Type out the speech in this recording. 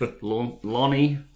Lonnie